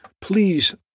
please